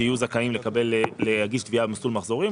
שיהיו זכאים להגיש תביעה במסלול מחזורים,